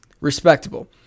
respectable